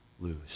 lose